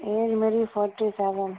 age میری forty seven